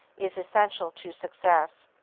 is essential to success.